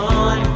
on